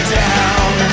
down